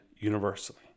universally